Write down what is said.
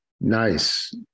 Nice